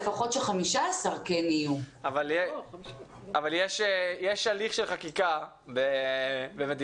שלפחות יהיו 15. יש הליך של חקיקה במדינה